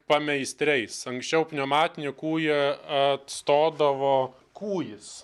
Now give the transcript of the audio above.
pameistriais anksčiau pneumatinį kūjį atstodavo kūjis